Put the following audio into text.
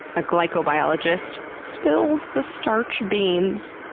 a glycobiologist spills the starch beans.